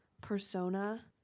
persona